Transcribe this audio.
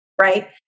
right